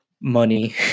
money